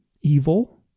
evil